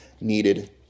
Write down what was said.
needed